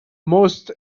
most